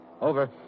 Over